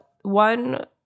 one